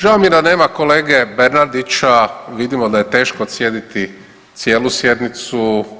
Žao mi je da nema kolege Bernardića, vidimo da je teško sjediti cijelu sjednicu.